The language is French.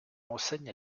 enseigne